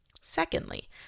Secondly